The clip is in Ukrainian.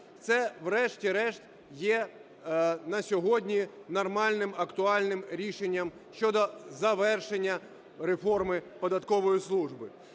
це врешті-решт є на сьогодні нормальним актуальним рішення щодо завершення реформи податкової служби.